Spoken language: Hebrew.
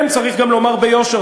מה, כן, צריך גם לומר ביושר.